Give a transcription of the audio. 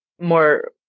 more